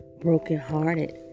brokenhearted